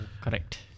Correct